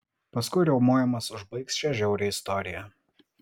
paskui riaumojimas užbaigs šią žiaurią istoriją